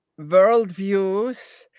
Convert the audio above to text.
worldviews